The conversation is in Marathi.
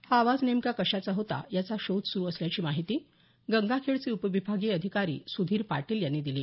हा आवाज नेमका कशाचा होता याचा शोध सुरू असल्याची माहिती गंगाखेडचे उपविभागीय अधिकारी सुधीर पाटील यांनी दिली